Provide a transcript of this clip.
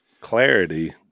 clarity